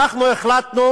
אנחנו החלטנו